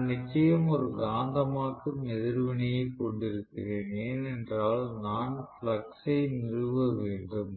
நான் நிச்சயம் ஒரு காந்தமாக்கும் எதிர்வினையை கொண்டிருக்கிறேன் ஏனென்றால் நான் ஃப்ளக்ஸ் ஐ நிறுவ வேண்டும்